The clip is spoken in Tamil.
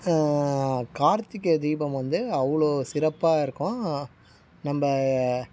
கார்த்திகை தீபம் வந்து அவ்வளோ சிறப்பாக இருக்கும் நம்ம